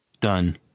Done